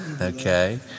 Okay